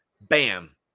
bam